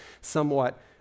somewhat